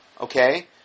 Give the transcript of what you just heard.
Okay